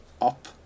up